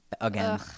again